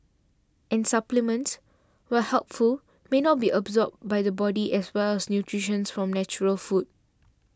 and supplements while helpful may not be absorbed by the body as well as nutrients from natural food